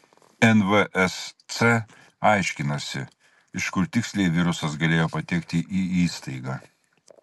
nvsc aiškinasi iš kur tiksliai virusas galėjo patekti į įstaigą